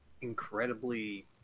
incredibly